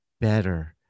better